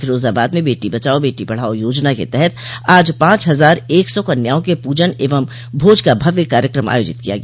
फिरोजाबाद में बेटी बचाओ बेटी पढ़ाओ योजना के तहत आज पांच हजार एक सौ कन्याओं के पूजन एवं भोज का भव्य कार्यक्रम आयोजित किया गया